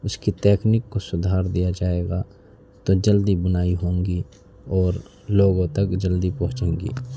اس کی تیکنک کو سدھار دیا جائے گا تو جلدی بنائی ہوں گی اور لوگوں تک جلدی پہنچیں گی